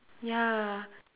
ya